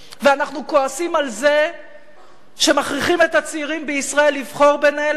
ואנחנו כועסים על זה שמכריחים את הצעירים בישראל לבחור בין אלה,